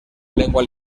lengua